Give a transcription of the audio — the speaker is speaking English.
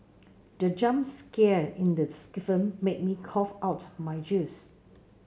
the jump scare in the film made me cough out my juice